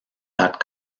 that